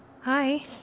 Hi